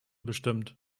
bestimmt